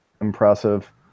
impressive